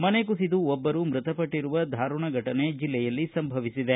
ಮನೆ ಕುಸಿದು ಒಬ್ಬರು ಮ್ಟತಪಟ್ಷಿರುವ ಧಾರುಣ ಘಟನೆ ಜಿಲ್ಲೆಯಲ್ಲಿ ಸಂಭವಿಸಿದೆ